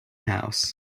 house